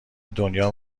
دنیا